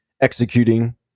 executing